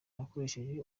nakoresheje